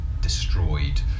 destroyed